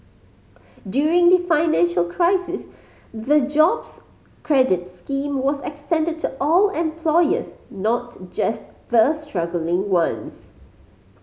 during the financial crisis the Jobs Credit scheme was extended to all employers not just the struggling ones